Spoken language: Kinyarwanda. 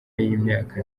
y’imyaka